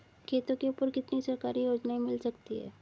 खेतों के ऊपर कितनी सरकारी योजनाएं मिल सकती हैं?